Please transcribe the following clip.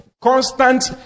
constant